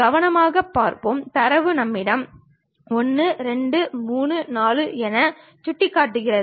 கவனமாகப் பார்ப்போம் தரவு நம்மிடம் 1 2 3 4 என சுட்டிக்காட்டுகிறது